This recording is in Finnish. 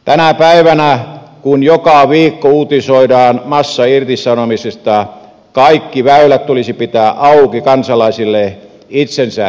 tänä päivänä kun joka viikko uutisoidaan massairtisanomisista kaikki väylät tulisi pitää auki kansalaisille itsensä työllistämiseen